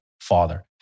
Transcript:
father